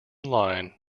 line